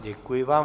Děkuji vám.